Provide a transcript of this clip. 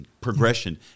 progression